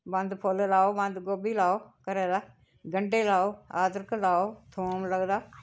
बंद फुल्ल लाओ बंद गोबी लाओ घरै दा गन्डे लाओ अदरक लाओ थोम लगदा